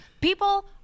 people